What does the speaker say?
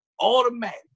Automatic